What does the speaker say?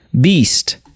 Beast